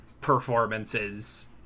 performances